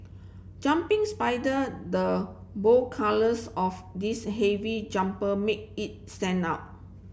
jumping spider the bold colours of this heavy jumper made it stand out